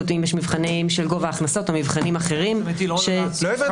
אם יש מבחנים של גובה הכנסות או מבחנים אחרים --- לא הבנתי.